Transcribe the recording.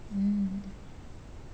mm